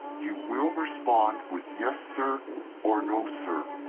you will respond with yes sir or no sir.